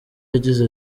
yagize